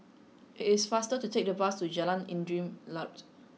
it is faster to take the bus to Jalan Angin Laut